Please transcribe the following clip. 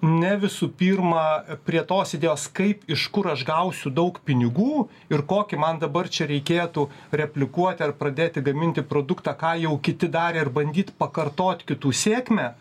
ne visų pirma prie tos idėjos kaip iš kur aš gausiu daug pinigų ir kokį man dabar čia reikėtų replikuot ar pradėti gaminti produktą ką jau kiti darė ir bandyt pakartot kitų sėkmę